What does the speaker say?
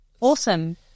Awesome